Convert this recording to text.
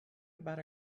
about